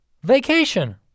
vacation